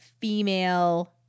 female